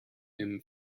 him